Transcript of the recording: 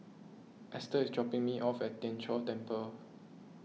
Ester is dropping me off at Tien Chor Temple